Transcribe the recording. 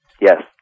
Yes